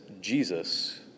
Jesus